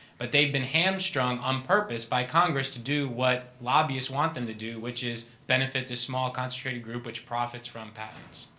but they've hamstrung on purpose by congress to do what lobbyist want them to do, which is benefit the small concentrated group, which profits from patents.